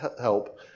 help